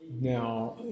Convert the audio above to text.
Now